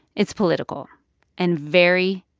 it's political and very,